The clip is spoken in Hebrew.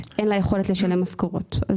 משכורות לעובדים.